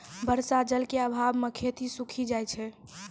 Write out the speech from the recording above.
बर्षा जल क आभाव म खेती सूखी जाय छै